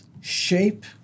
shape